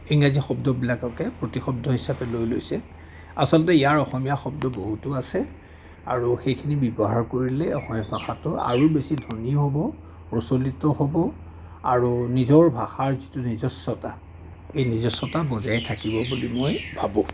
ইংৰাজী শব্দবিলাককে প্ৰতিশব্দ হিচাপে লৈ লৈছে আচলতে ইয়াৰ অসমীয়া শব্দ বহুতো আছে আৰু সেইখিনি ব্যৱহাৰ কৰিলেই অসমীয়া ভাষাটো আৰু বেছি ধনী হ'ব প্ৰচলিত হ'ব আৰু নিজৰ ভাষাৰ যিটো নিজস্বতা এই নিজস্বতা বজাই থাকিব বুলি মই ভাবোঁ